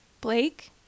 Blake